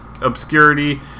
obscurity